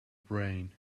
brain